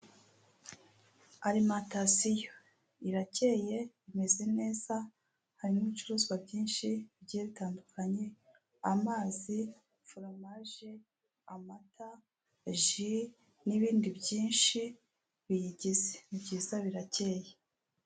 Arimantasiyo iracyeye imeze neza harimo ibicuruzwa byinshi bigiye bitandukanye: amazi, foromaje, amata, ji, n'ibindi byinshi biyigize. Ni byiza biracyeye.